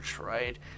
right